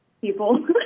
people